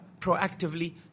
proactively